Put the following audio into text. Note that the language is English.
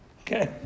Okay